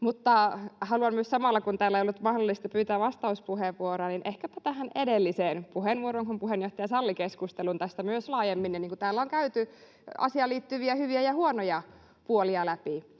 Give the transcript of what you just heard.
mutta haluan myös samalla, kun täällä ei ollut mahdollista pyytää vastauspuheenvuoroa, niin ehkäpä sanoa tähän edelliseen puheenvuoroon, kun puheenjohtaja salli keskustelun tästä myös laajemmin ja täällä on käyty asiaan liittyviä hyviä ja huonoja puolia läpi.